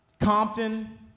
Compton